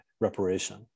reparation